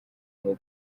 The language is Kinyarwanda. aho